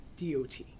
DOT